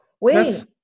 wait